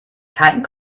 kein